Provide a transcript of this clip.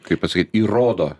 kaip pasakyt įrodo